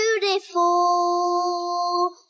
beautiful